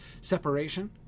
Separation